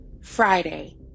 Friday